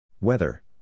Weather